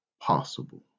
possible